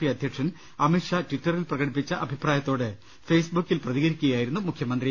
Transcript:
P അധ്യക്ഷൻ അമിത് ഷാ ട്വിറ്ററിൽ പ്രകടി പ്പിച്ച അഭിപ്രായത്തോട് ഫെയ്സ്ബുക്കിൽ പ്രതികരിക്കുകയായിരുന്നു മുഖ്യമന്ത്രി